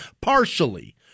partially